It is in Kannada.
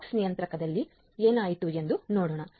POX ನಿಯಂತ್ರಕದಲ್ಲಿ ಏನಾಯಿತು ಎಂದು ನೋಡೋಣ